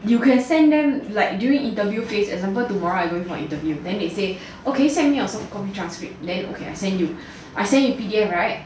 you can send them like during interview phase example tomorrow I going for interview then they say okay send me your softcopy transcript then okay I send you I send you in P_D_F right